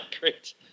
Great